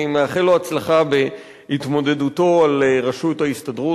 אני מאחל לו הצלחה בהתמודדותו על ראשות ההסתדרות.